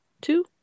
two